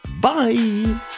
Bye